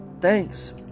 Thanks